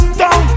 down